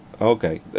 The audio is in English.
Okay